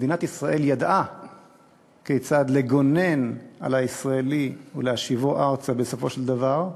מדינת ישראל ידעה כיצד לגונן על הישראלי ולהשיבו ארצה בסופו של דבר,